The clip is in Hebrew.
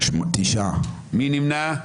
מי נמנע?